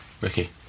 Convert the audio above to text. Ricky